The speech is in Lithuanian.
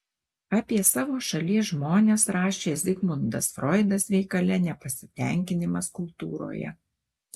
apie savo šalies žmones rašė zigmundas froidas veikale nepasitenkinimas kultūroje